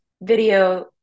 video